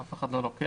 אף אחד לא לוקח.